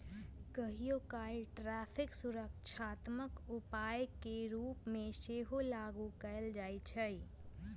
कहियोकाल टैरिफ सुरक्षात्मक उपाय के रूप में सेहो लागू कएल जाइ छइ